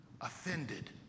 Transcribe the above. offended